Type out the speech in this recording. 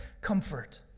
comfort